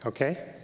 Okay